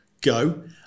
go